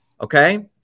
Okay